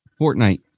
Fortnite